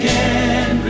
Again